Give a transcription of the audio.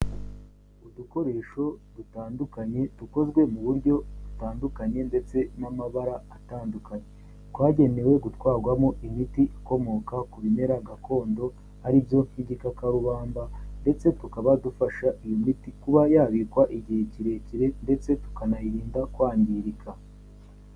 Udukoresho dutandukanye dukozwe mu buryo butandukanye ndetse n'amabara atandukanye, twagenewe gutwarwamo imiti ikomoka ku bimera gakondo ari byo nk'igikakarubamba ndetse tukaba dufasha iyi miti kuba yabikwa igihe kirekire ndetse tukanayirinda kwangirika.